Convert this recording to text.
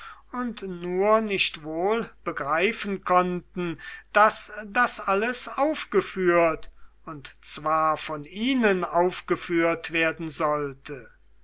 und nur nicht wohl begreifen konnten daß das alles aufgeführt und zwar von ihnen aufgeführt werden sollte